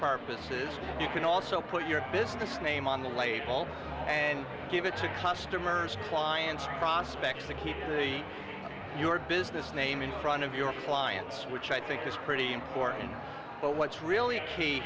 says you can also put your business name on the label and give it to customers clients prospects to keep your business name in front of your clients which i think is pretty important but what's really key